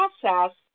process